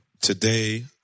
Today